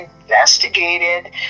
investigated